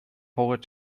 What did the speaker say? poet